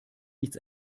nichts